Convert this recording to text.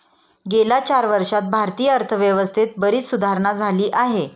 गेल्या चार वर्षांत भारतीय अर्थव्यवस्थेत बरीच सुधारणा झाली आहे